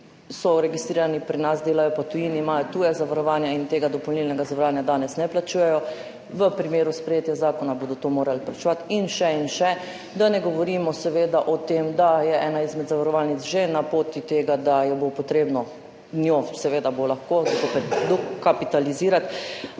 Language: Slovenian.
so registrirani pri nas, delajo pa v tujini, imajo tuja zavarovanja in tega dopolnilnega zavarovanja danes ne plačujejo, v primeru sprejetja zakona bodo to morali plačevati, in še in še. Da ne govorimo o tem, da je ena izmed zavarovalnic že na poti do tega, da jo bo potrebno, njo, seveda, bo lahko, dokapitalizirati.